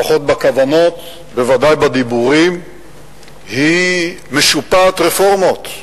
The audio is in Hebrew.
לפחות בכוונות, בוודאי בדיבורים, משופעת רפורמות.